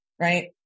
right